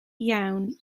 iawn